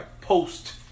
post